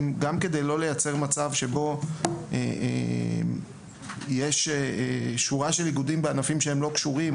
גם כדי לא לייצר מצב שבו יש שורה של איגודים בענפים שהם לא קשורים,